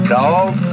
dog